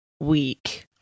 Week